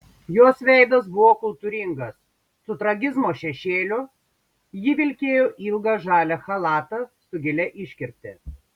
jos veidas buvo kultūringas su tragizmo šešėliu ji vilkėjo ilgą žalią chalatą su gilia iškirpte